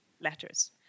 letters